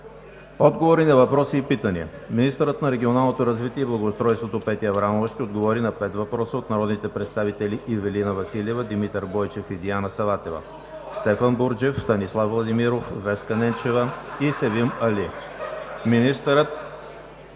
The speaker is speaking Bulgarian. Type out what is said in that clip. Отговори на въпроси и питания: - министърът на регионалното развитие и благоустройството Петя Аврамова ще отговори на 5 въпроса от народните представители Ивелина Василева, Димитър Бойчев и Диана Саватева; Стефан Бурджев; Станислав Владимиров; Веска Ненчева; и Севим Али;